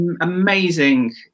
amazing